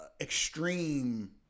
extreme